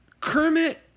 Kermit